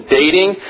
dating